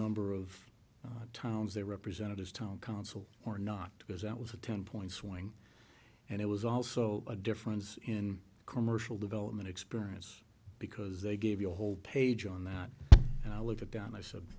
number of towns they represented as town council or not because that was a ten point swing and it was also a difference in commercial development experience because they gave you a whole page on that and i looked at don i said